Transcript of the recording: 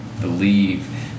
believe